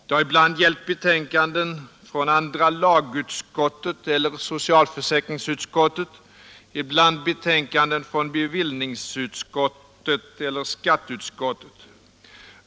Det har ibland gällt betänkanden från andra lagutskottet eller socialförsäkringsutskottet, ibland betänkanden från bevillningsutskottet eller skatteutskottet.